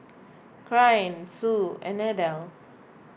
Caryn Sue and Adell